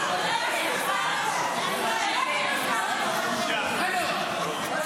אנחנו